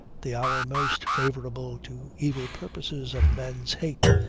the hour most favourable to evil purposes of men's hate,